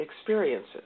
experiences